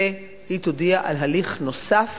והיא תודיע על הליך נוסף